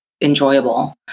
enjoyable